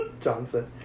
Johnson